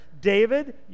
David